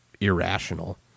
Irrational